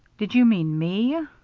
did ye mean me?